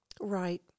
Right